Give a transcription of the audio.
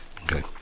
Okay